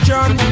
John